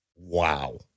Wow